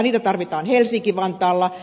niitä tarvitaan helsinki vantaalla